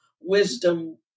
wisdom